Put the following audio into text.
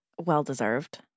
Well-deserved